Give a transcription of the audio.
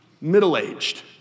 middle-aged